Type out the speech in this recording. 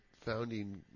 founding